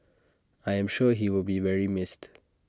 I am sure he will be very missed